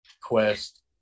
Quest